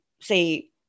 say